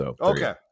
Okay